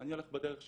אני אלך בדרך שלי.